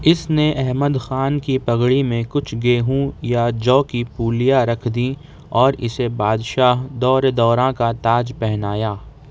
اس نے احمد خان کی پگڑی میں کچھ گیہوں یا جو کی پولیا رکھ دی اور اسے بادشاہ دورِ دوراں کا تاج پہنایا